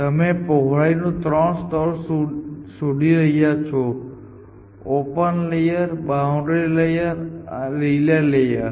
તમે પહોળાઈનું ત્રણ સ્તર શોધી રહ્યા છો ઓપન લેયર બોઉંડ્રી લેયર અને રિલે લેયર